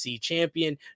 champion